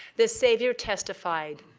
the savior testified,